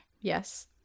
Yes